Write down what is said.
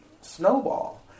snowball